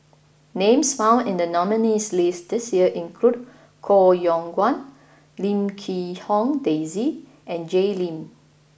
names found in the nominees' list this year include Koh Yong Guan Lim Quee Hong Daisy and Jay Lim